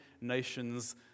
nations